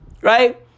right